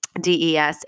DES